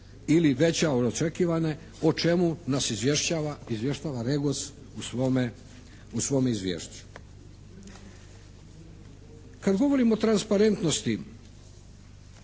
ili veća od očekivane o čemu nas izvještava REGOS u svom izvješću. Kad govorimo o transparentnosti